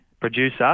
producer